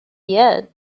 yet